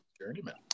Journeyman